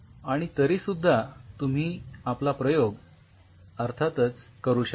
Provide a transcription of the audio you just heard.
आणि तरी सुद्धा तुम्ही आपला प्रयोग अर्थातच करू शकता